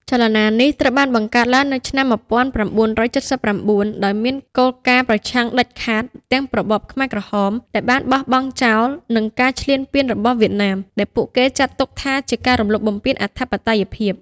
ចលនានេះត្រូវបានបង្កើតឡើងនៅឆ្នាំ១៩៧៩ ដោយមានគោលការណ៍ប្រឆាំងដាច់ខាតទាំងរបបខ្មែរក្រហមដែលបានបោះបង់ចោល និងការឈ្លានពានរបស់វៀតណាម ដែលពួកគេចាត់ទុកថាជាការរំលោភបំពានអធិបតេយ្យភាព។